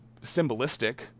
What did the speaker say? symbolistic